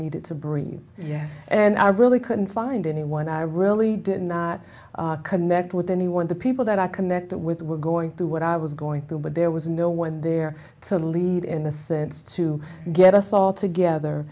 needed to breathe and i really couldn't find anyone i really did not connect with anyone the people that i connected with were going through what i was going through but there was no one there to lead in the sense to get us all together